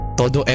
todo